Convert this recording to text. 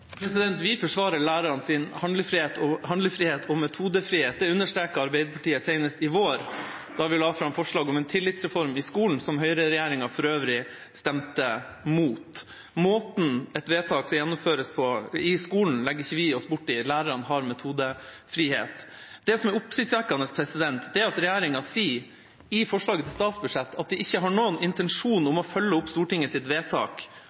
Vi forsvarer lærernes handlefrihet og metodefrihet. Det understreket Arbeiderpartiet senest i vår, da vi la fram forslag om en tillitsreform i skolen, som høyreregjeringa for øvrig stemte imot. Måten et vedtak skal gjennomføres på i skolen, legger ikke vi oss borti; lærerne har metodefrihet. Det som er oppsiktsvekkende, er at regjeringa i forslaget til statsbudsjett sier at de ikke har noen intensjon om å følge opp Stortingets vedtak